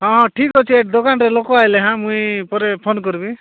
ହଁ ହଁ ଠିକ ଅଛି ଦୋକାନରେ ଲୋକ ଆସିଲେ ହଁ ମୁଁ ପରେ ଫୋନ୍ କରିବି